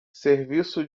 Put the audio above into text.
serviço